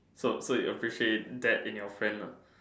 so so you appreciate that in your friend lah